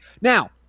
Now